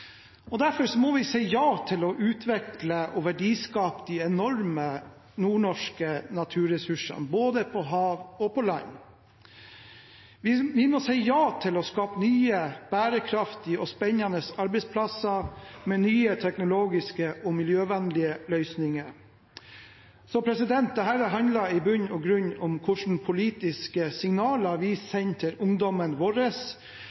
paradoks. Derfor må vi si ja til å utvikle og skape verdier av de enorme nordnorske naturressursene – både på hav og på land. Vi må si ja til å skape nye bærekraftige og spennende arbeidsplasser med nye teknologiske og miljøvennlige løsninger. Dette handler i bunn og grunn om hvilke politiske signaler vi sender til ungdommen vår.